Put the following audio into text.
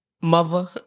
mother